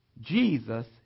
Jesus